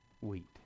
wheat